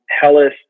Hellas